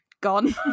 gone